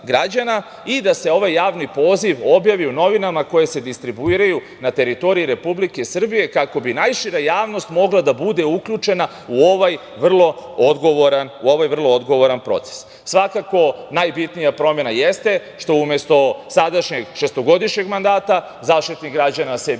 i da se ovaj javni poziv objavi u novinama koje se distribuiraju na teritoriji Republike Srbije, kako bi najšira javnost mogla da bude uključena u ovaj vrlo odgovoran proces. Svakako najbitnija promena jeste što se, umesto sadašnjeg šestogodišnjeg mandata, Zaštitnik građana bira